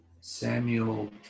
samuel